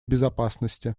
безопасности